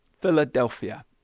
Philadelphia